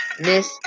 Miss